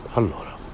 allora